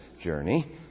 journey